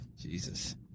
Jesus